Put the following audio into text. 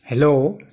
hello